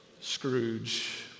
Scrooge